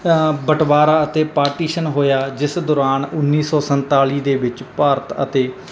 ਬਟਵਾਰਾ ਅਤੇ ਪਾਰਟੀਸ਼ਨ ਹੋਇਆ ਜਿਸ ਦੌਰਾਨ ਉੱਨੀ ਸੋ ਸੰਤਾਲੀ ਦੇ ਵਿੱਚ ਭਾਰਤ ਅਤੇ